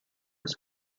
his